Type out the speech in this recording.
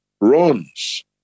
runs